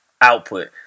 output